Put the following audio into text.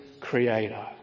creator